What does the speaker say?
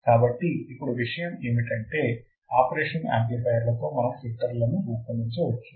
కాబట్టి ఇప్పుడు విషయం ఏమిటంటే ఆపరేషనల్ యాంప్లిఫయర్లతో మనం ఫిల్టర్లను రూపొందించవచ్చు